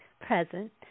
present